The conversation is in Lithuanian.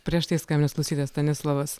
prieš tai skambinęs klausytojas stanislovas